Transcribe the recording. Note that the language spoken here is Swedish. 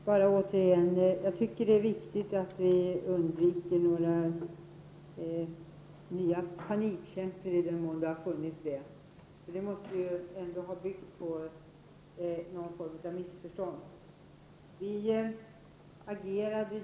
Herr talman! Jag tycker att det är viktigt att vi undviker nya panikkänslor, i den mån det har funnits sådana. De måste då ha byggt på någon form av missförstånd.